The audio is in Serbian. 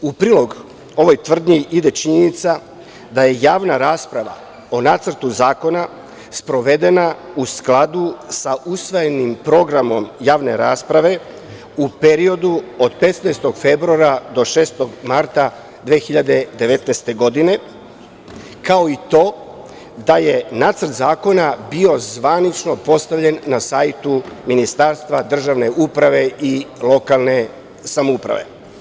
U prilog ovoj tvrdnji ide činjenica da je javna rasprava o Nacrtu zakona sprovedena u skladu sa usvojenim programom javne rasprave u periodu od 16. februara do 6. marta 2019. godine, kao i to da je Nacrt zakona bio zvanično postavljen na sajtu Ministarstva državne uprave i lokalne samouprave.